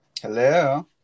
Hello